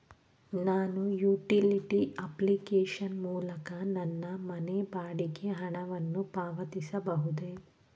ನಾನು utility application ಮೂಲಕ ನನ್ನ ಮನೆ ಬಾಡಿಗೆ ಹಣವನ್ನು ಪಾವತಿಸಬಹುದೇ?